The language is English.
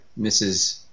Mrs. –